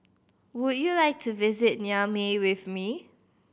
would you like to visit Niamey with me